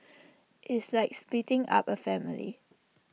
it's like splitting up A family